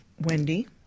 Wendy